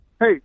Hey